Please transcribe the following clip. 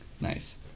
nice